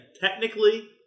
technically